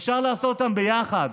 אפשר לעשות אותם ביחד.